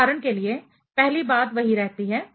उदाहरण के लिए पहली बात वही रहती है